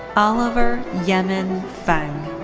oliver yemin feng.